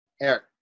Eric